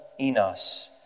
Enos